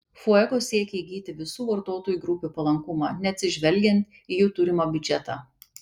fuego siekė įgyti visų vartotojų grupių palankumą neatsižvelgiant į jų turimą biudžetą